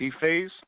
phase